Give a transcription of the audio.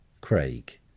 Craig